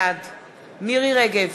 בעד מירי רגב,